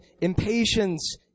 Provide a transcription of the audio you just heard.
impatience